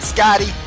Scotty